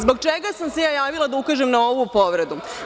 Zbog čega sam se ja javila da ukažem na ovu povredu?